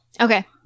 Okay